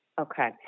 Okay